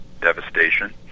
devastation